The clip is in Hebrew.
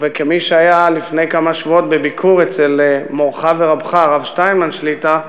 וכמי שהיה לפני כמה שבועות בביקור אצל מורך ורבך הרב שטיינמן שליט"א,